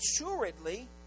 Assuredly